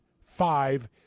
five